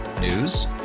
News